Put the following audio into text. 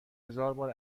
هزاربار